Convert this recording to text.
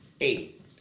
eight